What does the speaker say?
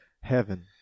Heaven